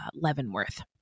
Leavenworth